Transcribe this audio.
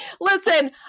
listen